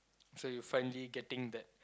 so you finally getting that